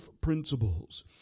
principles